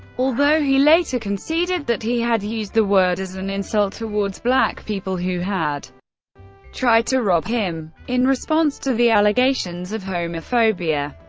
although he later conceded that he had used the word as an insult towards black people who had tried to rob him. in response to the allegations of homophobia,